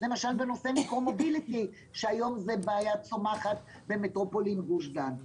למשל בנושא מיקרו-מוביליטי שהיום זו בעיה צומחת במטרופולין גוש דן.